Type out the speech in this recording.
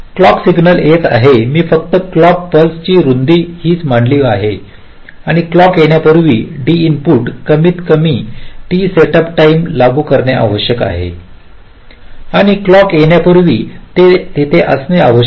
clock signal येत आहे मी फक्त क्लॉक पल्सची रुंदी हीच म्हणाली आहे आणि क्लॉक येण्यापूर्वी D इनपुट कमीतकमी t सेटअप टाईम लागू करणे आवश्यक आहे आणि क्लॉक येण्यापूर्वी ते तेथे असणे आवश्यक आहे